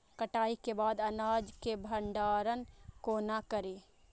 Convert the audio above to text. कटाई के बाद अनाज के भंडारण कोना करी?